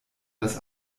das